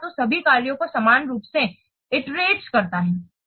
तो सभी कार्यों को समान रूप से ईटेरटेस करता है